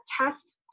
test